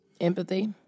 Empathy